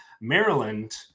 Maryland